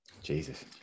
Jesus